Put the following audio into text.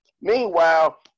Meanwhile